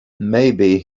maybe